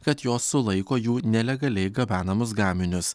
kad jos sulaiko jų nelegaliai gabenamus gaminius